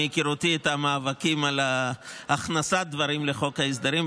מהיכרותי את המאבקים על הכנסת דברים לחוק ההסדרים,